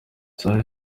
saa